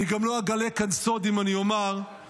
אני גם לא אגלה כאן סוד אם אני אומר ששיעורי